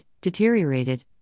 deteriorated